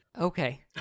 Okay